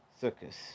circus